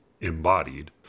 embodied